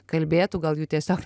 kalbėtų gal jų tiesiog